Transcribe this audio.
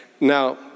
Now